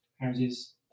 houses